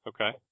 Okay